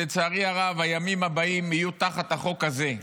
שלצערי הרב הימים הבאים יהיו תחת החוק הזה,